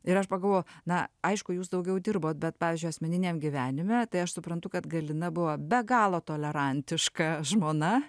ir aš pagalvojau na aišku jūs daugiau dirbot bet pavyzdžiui asmeniniam gyvenime tai aš suprantu kad galina buvo be galo tolerantiška žmona